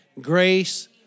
grace